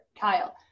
Kyle